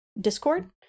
Discord